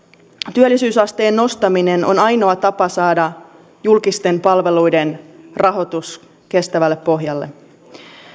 työllisyysasteen nostaminen on ainoa tapa saada julkisten palveluiden rahoitus kestävälle pohjalle